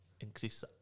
increase